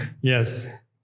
Yes